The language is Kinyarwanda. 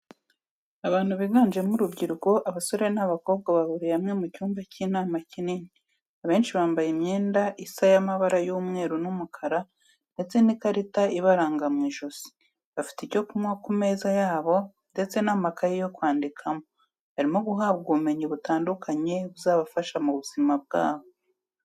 Abantu biganjemo urubyiruko abasore n'abakobwa bahuriye hamwe mu cyumba cy'inama kinini, abenshi bambaye imyenda isa y'amabara y'umweru n'umukara ndetse n'ikarita ibaranga mu ijosi bafite icyo kunywa ku meza yabo ndetse n'amakaye yo kwandikamo, barimo guhabwa ubumenyi butandukanye buzabafasha mu buzima bwabo.